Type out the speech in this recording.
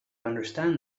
understand